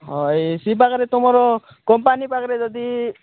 ହଁ ଏଇ ସେଇ ପାଖରେ ତୁମର କମ୍ପାନୀ ପାଖରେ ଯଦି